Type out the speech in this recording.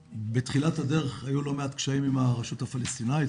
בתחילת הדרך היו לא מעט קשיים עם הרשות הפלסטינית,